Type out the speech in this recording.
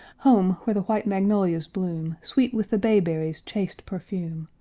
home where the white magnolias bloom, sweet with the bayberry's chaste perfume,